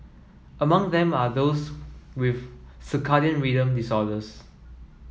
among them are those with circadian rhythm disorders